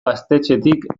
gaztetxetik